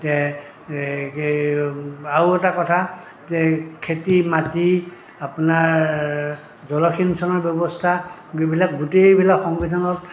যে আৰু এটা কথা যে খেতি মাটি আপোনাৰ জলসিঞ্চনৰ ব্যৱস্থা এইবিলাক গোটেইবিলাক সংবিধানত